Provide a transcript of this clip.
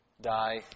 die